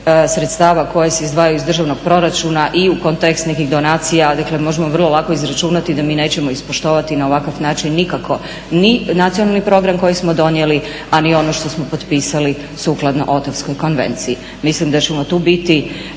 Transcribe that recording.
sredstava koja se izdvajaju iz Državnog proračuna i u kontekst nekih donacija, dakle možemo vrlo lako izračunati da mi nećemo ispoštovati na ovakav način nikako ni Nacionalni program koji smo donijeli, a ni ono što smo potpisali sukladno … konvenciji. Mislim da ćemo tu biti